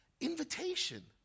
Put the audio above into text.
invitation